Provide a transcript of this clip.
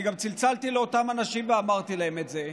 אני גם צלצלתי לאותם אנשים ואמרתי להם את זה.